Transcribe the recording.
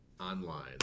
online